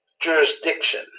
jurisdiction